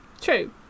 true